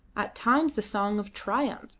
at times the song of triumph,